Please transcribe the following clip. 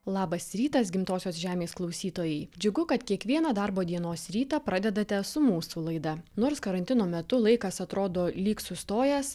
labas rytas gimtosios žemės klausytojai džiugu kad kiekvieną darbo dienos rytą pradedate su mūsų laida nors karantino metu laikas atrodo lyg sustojęs